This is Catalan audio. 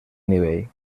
nivell